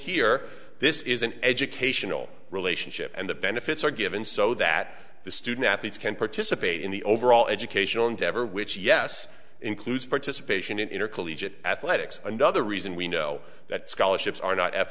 here this is an educational relationship and the benefits are given so that the student athletes can participate in the overall educational endeavor which yes includes participation in intercollegiate athletics another reason we know that scholarships are not f